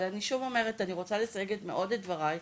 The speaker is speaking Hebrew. אבל אני שוב אומרת ואני רוצה לסייג מאוד את דבריי,